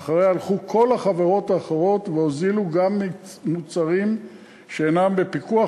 ואחריה הלכו כל החברות האחרות והוזילו גם מוצרים שאינם בפיקוח,